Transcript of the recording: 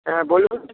হ্যাঁ বলুন